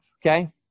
okay